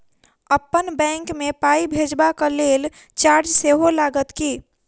अप्पन बैंक मे पाई भेजबाक लेल चार्ज सेहो लागत की?